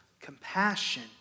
compassion